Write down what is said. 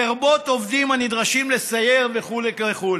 לרבות עובדים הנדרשים לסייר, וכו' וכו'.